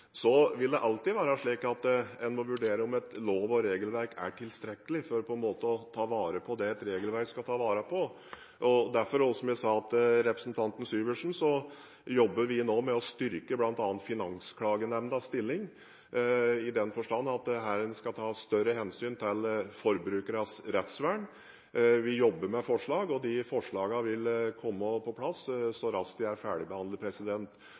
vil alltid være slik at en må vurdere om et lov- og regelverk er tilstrekkelig for å ta vare på det et regelverk skal ta vare på. Derfor, og som jeg sa til representanten Syversen, jobber vi nå med å styrke bl.a. Finansklagenemndas stilling i den forstand at den skal ta større hensyn til forbrukernes rettsvern. Vi jobber med forslag, og de vil komme på plass så snart de er ferdigbehandlet.